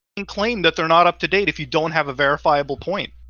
and claim that they're not up to date if you don't have a verifiable point.